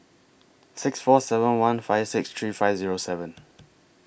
six four seven one five six three five Zero seven